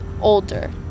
older